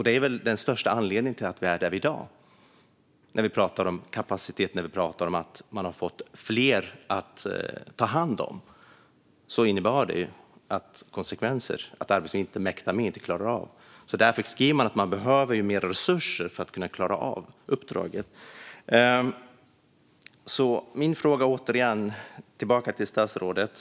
Det är väl den största anledningen till att vi är där vi är i dag vad gäller kapacitet och ökad belastning. Konsekvenserna för Arbetsförmedlingen är att man inte mäktar med, och därför kräver man mer resurser för att klara av sitt uppdrag. Tillbaka till mina frågor till statsrådet.